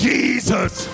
Jesus